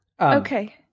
Okay